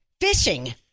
Fishing